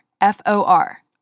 F-O-R